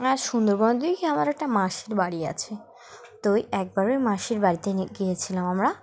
হ্যাঁ সুন্দরবন দিয়ে কি আমার একটা মাসির বাড়ি আছে তোই একবার ওই মাসির বাড়িতে গিয়েছিলাম আমরা